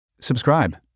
Subscribe